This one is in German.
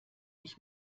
ich